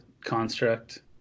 construct